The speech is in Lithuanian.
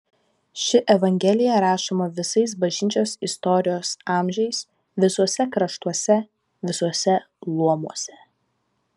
ši evangelija rašoma visais bažnyčios istorijos amžiais visuose kraštuose visuose luomuose